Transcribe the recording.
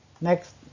Next